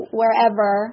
wherever